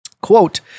Quote